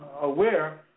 Aware